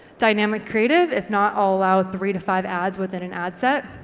dynamic creative if not, i'll allow three to five ads within an ad set.